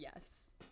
yes